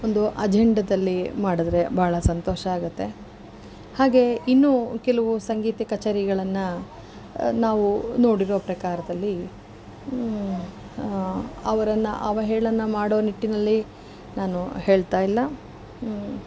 ಒಂದು ಅಜೆಂಡದಲ್ಲಿ ಮಾಡಿದರೆ ಬಹಳ ಸಂತೋಷ ಆಗುತ್ತೆ ಹಾಗೆ ಇನ್ನು ಕೆಲವು ಸಂಗೀತ ಕಚೇರಿಗಳನ್ನು ನಾವು ನೋಡಿರೋ ಪ್ರಕಾರದಲ್ಲಿ ಅವರನ್ನ ಅವಹೇಳನ ಮಾಡೋ ನಿಟ್ಟಿನಲ್ಲಿ ನಾನು ಹೇಳ್ತಾಯಿಲ್ಲ